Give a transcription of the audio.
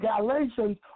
Galatians